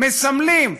מסמלים.